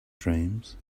dreams